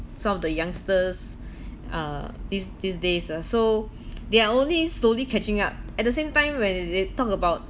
some of the youngsters uh these these days ah so they are only slowly catching up at the same time when they they talk about